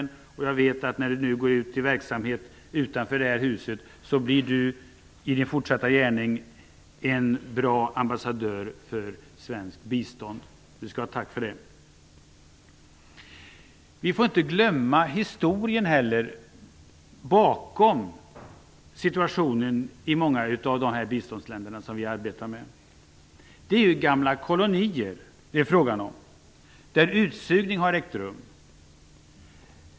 Jag vet att Karl-Erik Svartberg, när han går över till en verksamhet utanför det här huset, i sin fortsatta gärning blir en bra ambassadör för svenskt bistånd. Karl-Erik Svartberg skall ha tack. Vi får inte glömma historien bakom situationen i många av de biståndsländer som vi arbetar med. Det är fråga om gamla kolonier som har blivit utsugna.